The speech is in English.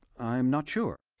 i'm not sure.